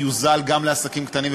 הרבה